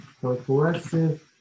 progressive